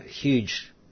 huge